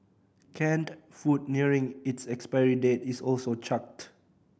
canned food nearing its expiry date is also chucked